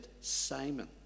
Simon